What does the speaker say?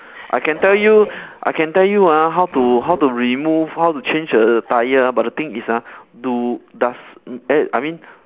I can tell you I can tell you ah how to how to remove how to change a tyre ah but the thing is ah do does m~ eh I mean